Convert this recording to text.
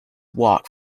walk